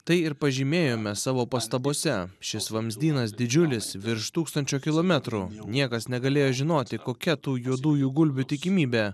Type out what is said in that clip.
tai ir pažymėjome savo pastabose šis vamzdynas didžiulis virš tūkstančio kilometrų niekas negalėjo žinoti kokia tų juodųjų gulbių tikimybė